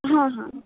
हाँ हाँ